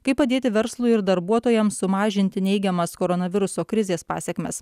kaip padėti verslui ir darbuotojams sumažinti neigiamas koronaviruso krizės pasekmes